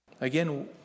Again